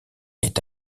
est